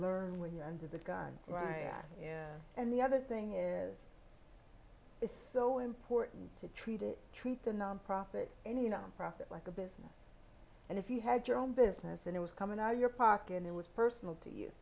learn when you're under the gun right and the other thing is it's so important to treat it treat the nonprofit any you know profit like a business and if you had your own business and it was coming our your pocket and it was personal to